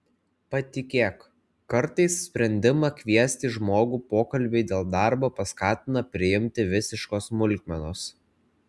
patikėk kartais sprendimą kviesti žmogų pokalbiui dėl darbo paskatina priimti visiškos smulkmenos